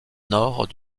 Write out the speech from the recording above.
nord